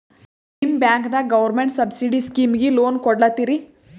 ನಿಮ ಬ್ಯಾಂಕದಾಗ government subsidy ಸ್ಕೀಮಿಗಿ ಲೊನ ಕೊಡ್ಲತ್ತೀರಿ?